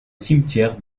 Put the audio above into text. cimetière